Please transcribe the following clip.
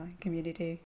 community